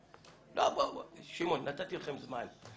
שמעון, נתתי לכם זמן.